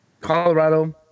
Colorado